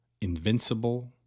invincible